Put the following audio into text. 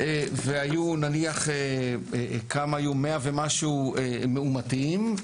וכמאה ומשהו מאומתים,